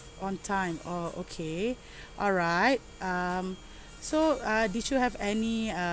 on time oh okay alright um so uh did you have any